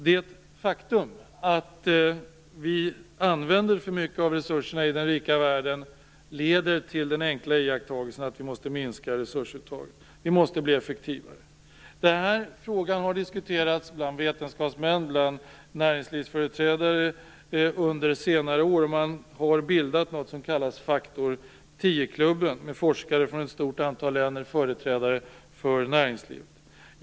Det faktum att vi använder för mycket av resurserna i den rika världen leder till den enkla iakttagelsen att vi måste minska resursuttaget. Vi måste bli effektivare. Frågan har diskuterats bland vetenskapsmän och företrädare för näringslivet under senare år. Faktor 10-klubben har bildats, med forskare från ett stort antal länder och företrädare för näringslivet.